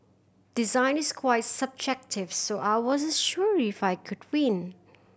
design is quite subjective so I wasn't sure if I could win